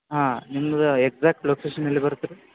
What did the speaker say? ಹಾಂ ನಿಮ್ದು exact location ಎಲ್ಲಿ ಬರುತ್ತೆ ರೀ